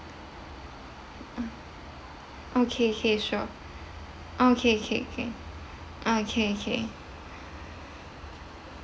uh okay K sure oh K K K uh K K